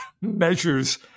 measures